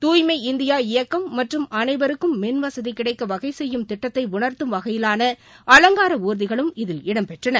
தூய்மை இந்தியா இயக்கம் மற்றும் அனைவருக்கும் மின்வசதி கிடைக்க வகை செய்யும் திட்டத்தை உணர்த்தும் வகையிலான அலங்கார ஊர்திகளும் இதில் இடம்பெற்றன